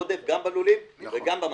יש עודף גם בלולים וגם במשחתות.